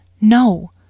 No